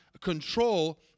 control